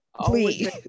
please